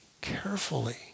carefully